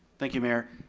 thank you mayor.